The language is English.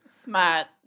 Smart